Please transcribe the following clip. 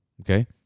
Okay